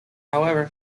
however